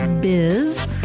biz